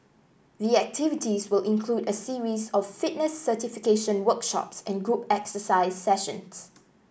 the activities will include a series of fitness certification workshops and group exercise sessions